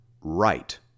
right